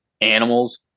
animals